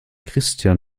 christian